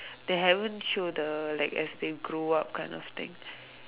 they haven't show the like as they grow up kind of thing